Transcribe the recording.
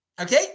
Okay